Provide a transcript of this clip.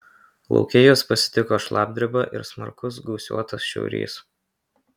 lauke juos pasitiko šlapdriba ir smarkus gūsiuotas šiaurys